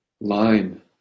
line